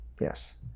Yes